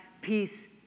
peace